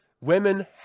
Women